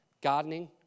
gardening